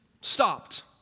stopped